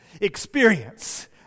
experience